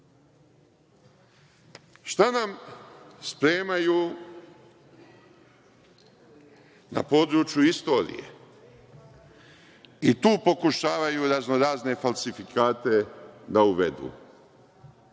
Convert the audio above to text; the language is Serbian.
nam spremaju na području istorije. I, tu pokušavaju raznorazne falsifikate da uvedu.